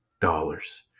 dollars